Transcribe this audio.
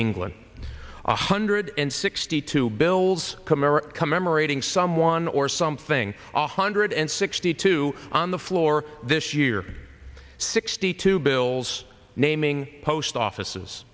england one hundred and sixty two bells camaro commemorating someone or something a hundred and sixty two on the floor this year sixty two bills naming post offices